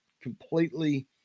completely